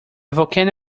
volcano